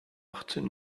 achtzehn